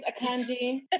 Akanji